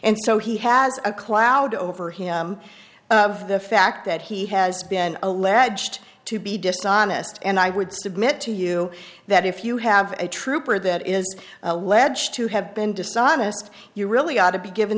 and so he has a cloud over him of the fact that he has been alleged to be dishonest and i would submit to you that if you have a trooper that is alleged to have been dishonest you really ought to be given